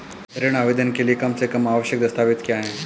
ऋण आवेदन के लिए कम से कम आवश्यक दस्तावेज़ क्या हैं?